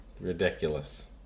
ridiculous